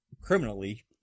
criminally